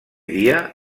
dia